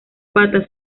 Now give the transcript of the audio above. patas